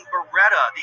Beretta